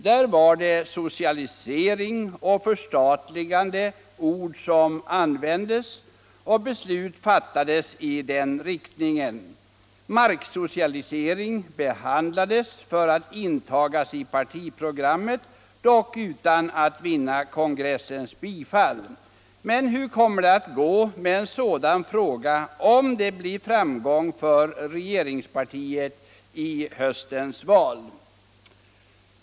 Där var socialisering och förstatligande ord som användes. Och beslut fattades i den riktningen. Marksocialisering behandlades för att krav därom skulle intagas i partiprogrammet — dock utan att det förslaget vann kongressens bifall. Men hur kommer det att gå i en sådan fråga om det blir framgång för regeringspartiet i höstens val?